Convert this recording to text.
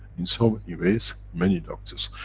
in so many ways, many doctors,